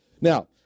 Now